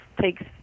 takes